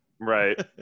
Right